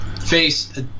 face